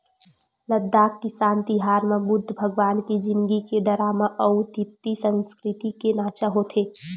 लद्दाख किसान तिहार म बुद्ध भगवान के जिनगी के डरामा अउ तिब्बती संस्कृति के नाचा होथे